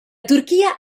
turchia